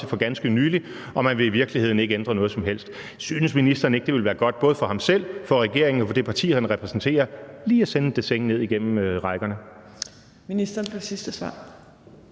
for ganske nylig, og man vil i virkeligheden ikke ændre noget som helst. Synes ministeren ikke, det ville være godt både for ham selv, for regeringen og for det parti, han repræsenterer, lige at sende et dessin ned igennem rækkerne? Kl. 15:59 Tredje